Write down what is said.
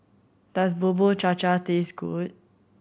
does Bubur Cha Cha taste good